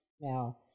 Now